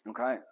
Okay